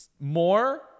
more